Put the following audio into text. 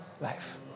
life